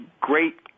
great